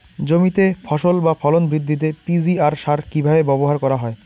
জমিতে ফসল বা ফলন বৃদ্ধিতে পি.জি.আর সার কীভাবে ব্যবহার করা হয়?